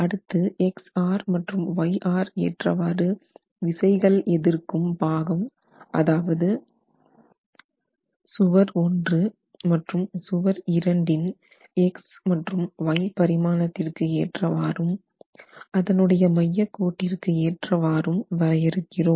அடுத்து மற்றும் ஏற்றவாறு விசைகள் எதிர்க்கும் பாகம் அதாவது சுவர் 1 மற்றும் சுவர் 2 இரண்டின் x மற்றும் y பரிமாணத்திற்கு ஏற்றவாறும் அதனுடைய மையக் கோட்டிற்கு ஏற்றவாறும் வரையறுக்கிறோம்